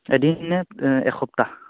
এদিন নে এসপ্তাহ